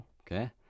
Okay